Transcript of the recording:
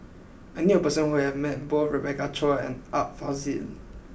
I knew a person who has met both Rebecca Chua and Art Fazil